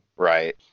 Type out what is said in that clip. Right